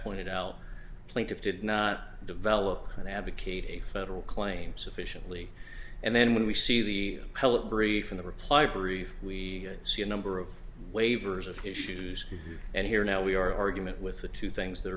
pointed out plaintiff did not develop and advocate a federal claim sufficiently and then when we see the appellate brief in the reply brief we see a number of waivers of issues and here now we are argument with the two things that